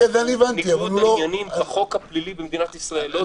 והוא ניגוד העניינים בחוק הפלילי במדינת ישראל.